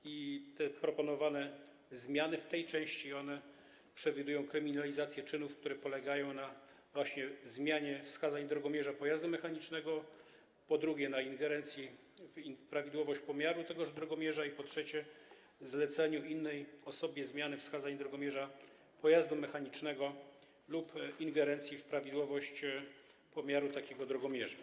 Zmiany proponowane w tej części przewidują kryminalizację czynów, które, po pierwsze, polegają na zmianie wskazań drogomierza pojazdu mechanicznego, po drugie, na ingerencji w prawidłowość pomiaru tegoż drogomierza, po trzecie, na zleceniu innej osobie zmiany wskazań drogomierza pojazdu mechanicznego lub ingerencji w prawidłowość pomiaru takiego drogomierza.